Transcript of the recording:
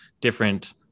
different